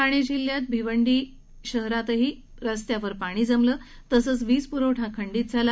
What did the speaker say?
ठाणे जिल्ह्यात भिवंडी शहरातही रस्त्यावर पाणी जमलं तसंच वीज पुरवठा खंडित झाला